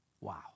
Wow